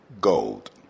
gold